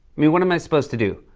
mean, what am i supposed to do?